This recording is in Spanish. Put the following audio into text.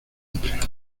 amplia